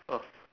oh